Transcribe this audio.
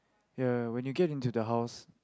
ya when you get into the house